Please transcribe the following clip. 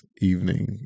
Evening